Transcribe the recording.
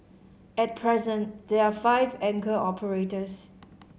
at present there are five anchor operators